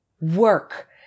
work